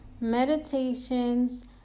Meditations